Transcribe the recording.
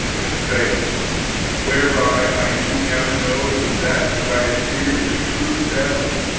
it has failed whereby i do now know that that which i had feared is a truth established